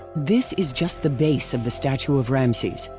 this is just the base of the statue of ramses.